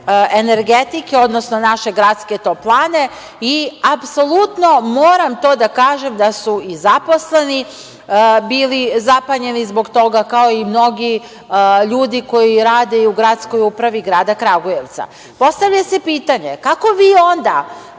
„Energetike“, odnosno naše gradske toplane i apsolutno moram to da kažem da su i zaposleni bili zapanjeni zbog toga kao i mnogi ljudi koji rade i u gradskoj upravi grada Kragujevca. Postavlja se pitanje – kako vi onda